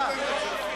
הנה, הנה.